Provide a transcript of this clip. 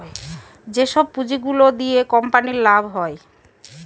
যেসব পুঁজি গুলো দিয়া কোম্পানির লাভ হয়